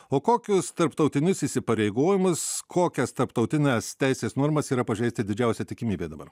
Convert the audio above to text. o kokius tarptautinius įsipareigojimus kokias tarptautines teisės normas yra pažeisti didžiausia tikimybė dabar